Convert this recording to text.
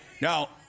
now